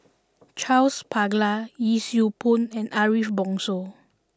Charles Paglar Yee Siew Pun and Ariff Bongso